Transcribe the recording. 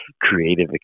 creative